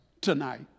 tonight